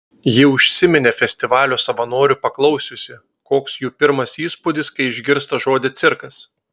ji užsiminė festivalio savanorių paklausiusi koks jų pirmas įspūdis kai išgirsta žodį cirkas